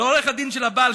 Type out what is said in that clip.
לעורך הדין של הבעל,